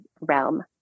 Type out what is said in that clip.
realm